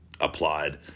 applied